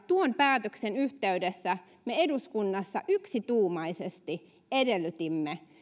tuon päätöksen yhteydessä me eduskunnassa yksituumaisesti edellytimme